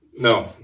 no